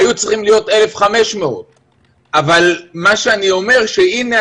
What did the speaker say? היו צריכים להיות 1,500. אנחנו חייבים